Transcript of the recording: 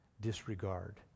disregard